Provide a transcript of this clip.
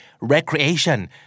recreation